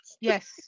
Yes